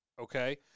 okay